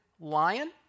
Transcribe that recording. lion